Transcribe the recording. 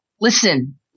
Listen